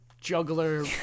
juggler